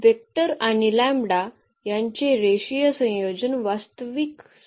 vector आणि lambda यांचे रेषीय संयोजन वास्तविक संख्येच्या संचाचे आहे